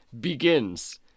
begins